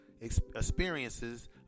experiences